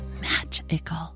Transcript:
magical